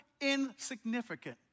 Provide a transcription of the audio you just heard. insignificant